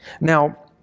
Now